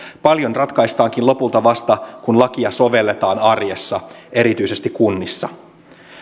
paljon ratkaistaankin lopulta vasta kun lakia sovelletaan arjessa erityisesti kunnissa